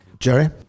Jerry